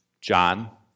John